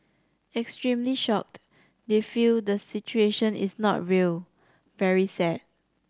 extremely shocked they feel the situation is not real very sad